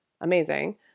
amazing